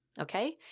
Okay